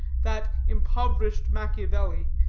that impoverished machiavelli,